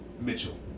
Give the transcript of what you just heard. Mitchell